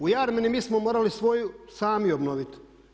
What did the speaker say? U Jarmini mi smo morali svoju sami obnoviti.